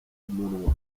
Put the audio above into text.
umunwa